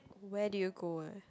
where do you go eh